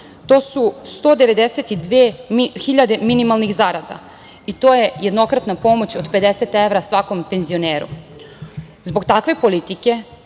to su 192 hiljade minimalnih zarada i to je jednokratna pomoć od 50 evra svakom penzioneru. Zbog takve politike